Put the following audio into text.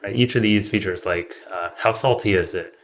ah each of these features like how salty is it,